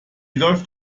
läuft